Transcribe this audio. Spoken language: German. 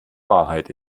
wahrheit